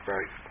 Right